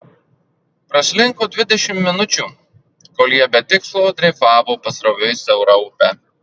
praslinko dvidešimt minučių kol jie be tikslo dreifavo pasroviui siaura upe